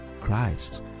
Christ